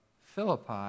Philippi